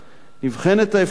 בימים האלה נבחנת האפשרות,